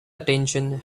attention